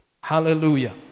Hallelujah